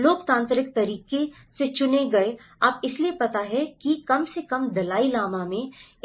लोकतांत्रिक तरीके से चुने गए आप इसलिए पता है कि कम से कम दलाई लामा में